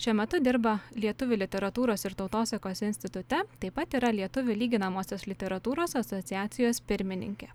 šiuo metu dirba lietuvių literatūros ir tautosakos institute taip pat yra lietuvių lyginamosios literatūros asociacijos pirmininkė